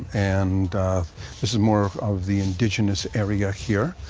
and this is more of the indigenous area here.